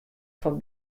fan